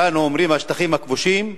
שאנו אומרים "השטחים הכבושים"